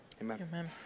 Amen